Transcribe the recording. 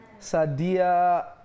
Sadia